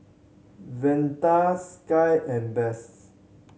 Velda Sky and Bess